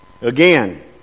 Again